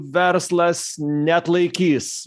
verslas neatlaikys